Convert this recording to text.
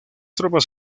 tropas